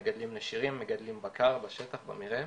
מגדלים נשירים, מגדלים בקר, בשטח, במרעה.